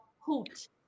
hoot